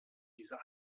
dieser